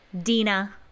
dina